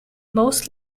most